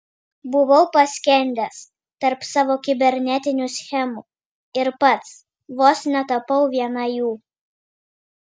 buvau paskendęs tarp savo kibernetinių schemų ir pats vos netapau viena jų